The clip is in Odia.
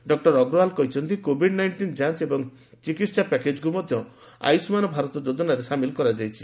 ଡକୁର ଅଗ୍ରଓ୍ପାଲ କହିଛନ୍ତି କୋଭିଡ୍ ନାଇଷ୍ଟିନ୍ ଯାଞ୍ଚ ଏବଂ ଚିକିତ୍ସା ପ୍ୟାକେଜକୁ ମଧ୍ୟ ଆୟୁଷ୍ମାନ ଭାରତ ଯୋଜନାରେ ସାମିଲ କରାଯାଇଛି